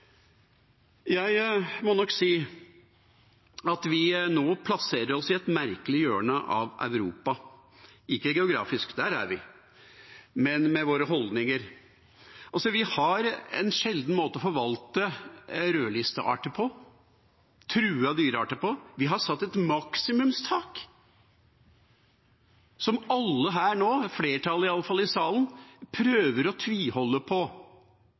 Jeg må nok si at vi nå plasserer oss i et merkelig hjørne av Europa – ikke geografisk, for der er vi, men med våre holdninger. Vi har en sjelden måte å forvalte rødlistearter – truede dyrearter – på. Vi har satt et maksimumstak, som alle her, iallfall flertallet i salen, prøver å tviholde på,